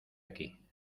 aquí